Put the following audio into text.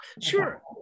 Sure